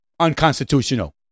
unconstitutional